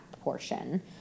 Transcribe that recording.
portion